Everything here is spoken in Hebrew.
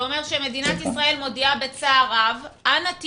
זה אומר שמדינת ישראל מודיעה בצער: אנא,